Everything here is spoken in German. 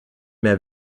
mehr